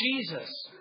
Jesus